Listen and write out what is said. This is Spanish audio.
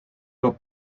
los